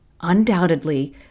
Undoubtedly